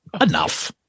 enough